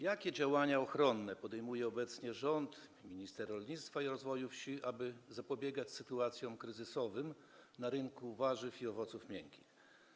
Jakie działania ochronne podejmuje obecnie rząd, minister rolnictwa i rozwoju wsi, aby zapobiegać sytuacjom kryzysowym na rynku warzyw i owoców miękkich?